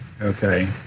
okay